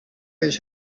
his